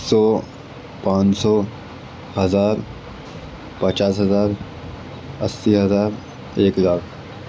سو پانچ سو ہزار پچاس ہزار اسی ہزار ایک لاکھ